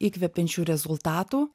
įkvepiančių rezultatų